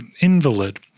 invalid